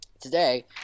today